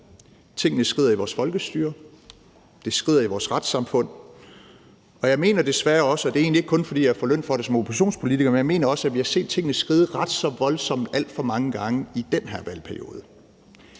Tingene skrider i vores folkestyre, det skrider i vores retssamfund, og jeg mener desværre også, og det er ikke kun, fordi jeg får løn for det som oppositionspolitiker, at vi har set tingene skride ret så voldsomt alt for mange gange i den her valgperiode.